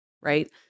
right